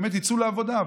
באמת שיצאו לעבודה?